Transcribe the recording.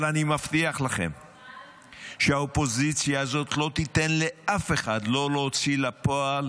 אבל אני מבטיח לכם שהאופוזיציה הזאת לא תיתן לאף אחד לא להוציא לפועל